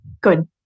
Good